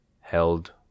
held